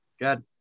Good